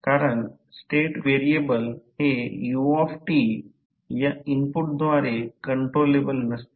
कारण state variable हे u या इनपुटद्वारे कंट्रोलेबल नसते